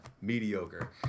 Mediocre